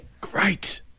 Great